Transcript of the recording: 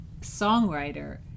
songwriter